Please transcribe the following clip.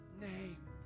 name